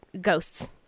ghosts